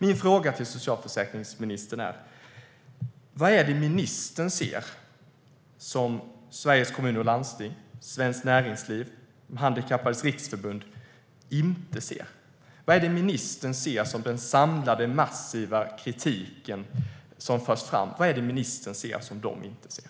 Min fråga till socialförsäkringsministern är: Vad är det ministern ser som Sveriges Kommuner och Landsting, Svenskt Näringsliv och De Handikappades Riksförbund inte ser? Vad är det ministern ser som den samlade massiva kritiken inte ser?